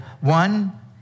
one